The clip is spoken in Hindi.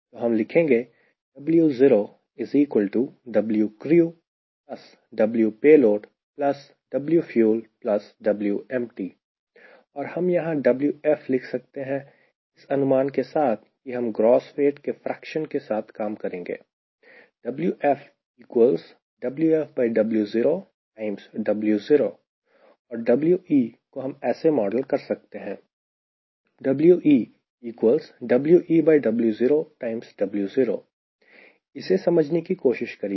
तो हम लिखेंगे और यहां हम Wf लिख सकते हैं इस अनुमान के साथ कि हम ग्रॉस वेट के फ्रेक्शन के साथ काम करेंगे और We को हम ऐसे मॉडल model कर सकते हैं इसे समझने की कोशिश करिए